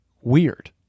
weird